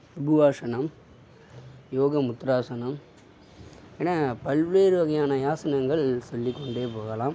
விபுவாசனம் யோகமுத்துராசனம் என பல்வேறு வகையான ஆசனங்கள் சொல்லிக்கொண்டே போகலாம்